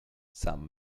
some